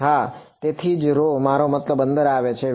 હા તેથી જ મારો મતલબ અંદર આવે છે